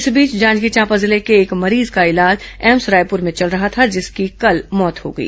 इस बीच जांजगीर चांपा जिले के एक मरीज का इलाज एम्स रायपुर में चल रहा था जिसकी कल मौत हो गई